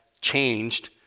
changed